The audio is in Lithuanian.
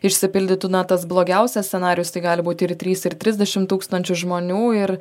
išsipildytų na tas blogiausias scenarijus tai gali būti ir trys ir trisdešim tūkstančių žmonių ir